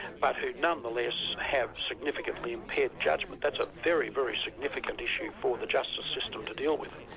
but who nonetheless have significantly impaired judgment. that's a very, very significant issue for the justice system to deal with.